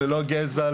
ללא גזע,